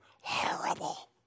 Horrible